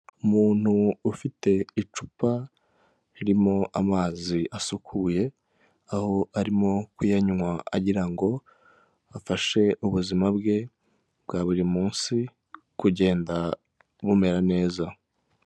Umuntu ufite icupa ririmo amazi asukuye, aho arimo kuyanywa agira ngo afashe ubuzima bwe bwa buri munsi kugenda bumera neza.